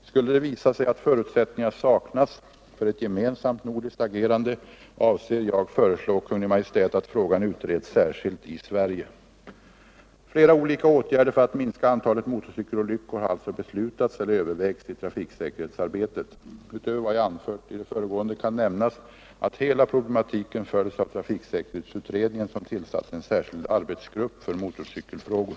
Skulle det visa sig att förutsättningar saknas för ett gemensamt nordiskt agerande avser jag föreslå Kungl. Maj:t att frågan utreds särskilt i Sverige. Flera olika åtgärder för att minska antalet motorcykelolyckor har alltså beslutats eller övervägs i trafiksäkerhetsarbetet. Utöver vad jag anfört i det föregående kan nämnas, att hela problematiken följs av trafiksäkerhetsutredningen, som tillsatt en särskild arbetsgrupp för motorcykelfrågor.